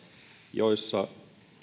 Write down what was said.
joista